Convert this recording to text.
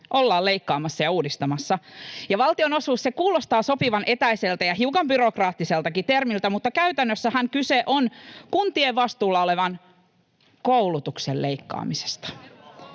ollaan leikkaamassa ja uudistamassa. Valtionosuus kuulostaa sopivan etäiseltä ja hiukan byrokraattiseltakin termiltä, mutta käytännössähän kyse on kuntien vastuulla olevan koulutuksen leikkaamisesta.